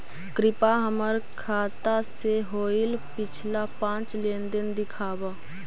कृपा हमर खाता से होईल पिछला पाँच लेनदेन दिखाव